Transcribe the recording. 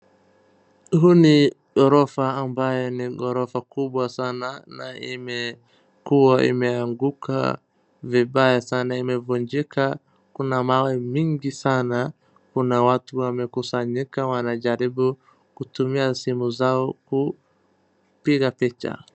Huu ni ghorofa ambaye ni ghorofa kubwa sana na imekuwa imeanguka vibaya sana. Imevunjika, kuna mawe mingi sana, kuna watu wamekusanyika wanajaribu kutumia simu zao kupiga picha.